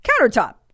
countertop